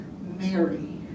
Mary